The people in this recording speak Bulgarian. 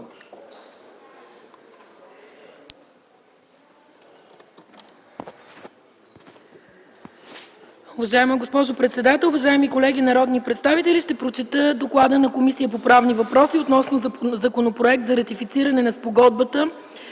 Уважаема госпожо председател, уважаеми колеги народни представители „Д О К Л А Д на Комисията по правни въпроси относно Законопроект за ратифициране на Спогодбата